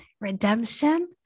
redemption